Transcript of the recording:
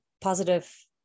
positive